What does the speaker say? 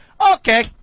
okay